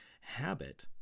Habit